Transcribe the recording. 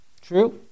True